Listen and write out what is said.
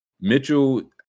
Mitchell